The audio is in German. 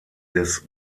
des